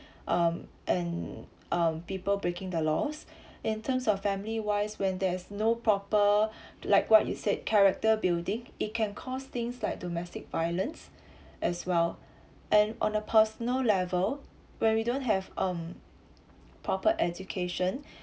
um and um people breaking the laws in terms of family wise when there's no proper like what you said character building it can cost things like domestic violence as well and on a personal level where we don't have um proper education